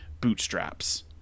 Bootstrap's